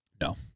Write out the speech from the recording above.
No